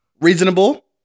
Reasonable